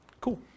Cool